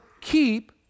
keep